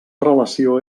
relació